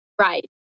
Right